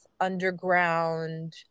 underground